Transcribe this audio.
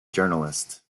journalist